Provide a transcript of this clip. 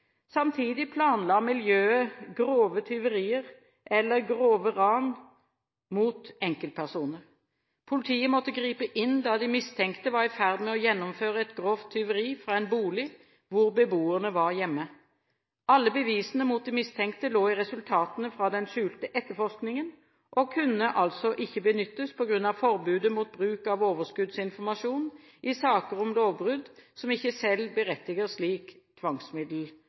Samtidig planla miljøet grove tyverier eller grove ran mot enkeltpersoner. Politiet måtte gripe inn da de mistenkte var i ferd med å gjennomføre et grovt tyveri fra en bolig hvor beboerne var hjemme. Alle bevisene mot de mistenkte lå i resultatene fra den skjulte etterforskningen og kunne altså ikke benyttes på grunn av forbudet mot bruk av overskuddsinformasjon i saker om lovbrudd som ikke selv berettiger slik